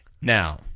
Now